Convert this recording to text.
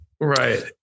Right